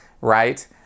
right